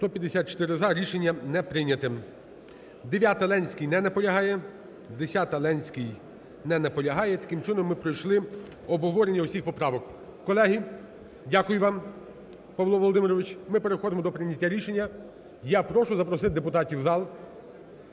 За-154 Рішення не прийнято. 9-а, Ленський. Не наполягає. 10-а, Ленський. Не наполягає. Таким чином ми пройшли обговорення усіх поправок. Колеги, дякую вам, Павло Володимирович, ми переходимо до прийняття рішення. Я прошу запросити депутатів в зал.